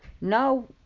No